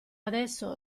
adesso